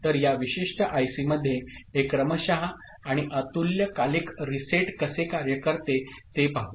तर या विशिष्ट आयसीमध्ये हे क्रमशः आणि अतुल्यकालिक रीसेट कसे कार्य करते ते पाहू